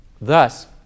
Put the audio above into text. Thus